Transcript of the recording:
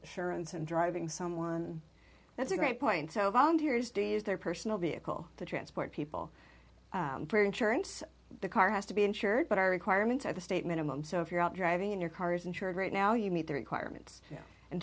assurance and driving someone that's a great point so volunteers do use their personal vehicle to transport people for insurance the car has to be insured but are requirements at the state minimum so if you're out driving and your car is insured right now you meet the requirements in